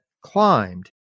climbed